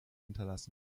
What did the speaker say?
hinterlassen